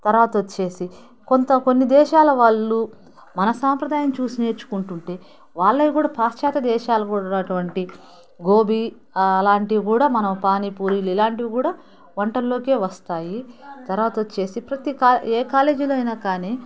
తరువాత వచ్చేసి కొంత కొన్ని దేశాల వాళ్ళు మన సాంప్రదాయం చూసి నేర్చుకుంటుంటే వాళ్ళవి కూడా పాశ్చాత్య దేశాలలో ఉన్నటువంటి గోబీ అలాంటివి కూడా మనం పానీ పూరీలు ఇలాంటివి కూడా వంటల్లోకే వస్తాయి తరువాత వచ్చేసి ప్రతీ కా ఏ కాలేజీలో అయినా కానీ